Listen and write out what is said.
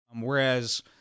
whereas